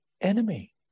enemy